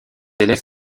élèves